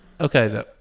Okay